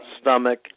stomach